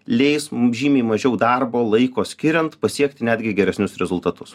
leis mum žymiai mažiau darbo laiko skiriant pasiekti netgi geresnius rezultatus